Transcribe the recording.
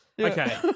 Okay